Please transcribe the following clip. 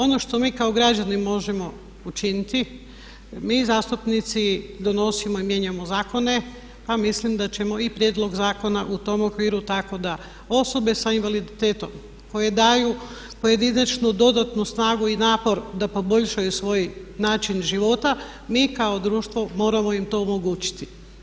Ono što mi kao građani možemo učiniti mi zastupnici donosimo i mijenjamo zakone pa mislim da ćemo i prijedlog zakona u tom okviru tako da osobe sa invaliditetom koje daju pojedinačnu dodatnu snagu i napor da poboljšaju svoj način života mi kao društvo moramo im to omogućiti.